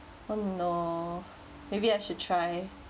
um no maybe I should try